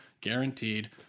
guaranteed